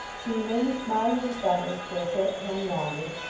he remained smiling in silence for a short time longer,